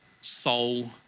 soul